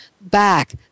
back